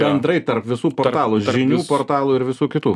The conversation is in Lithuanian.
bendrai tarp visų portalų žinių portalų ir visų kitų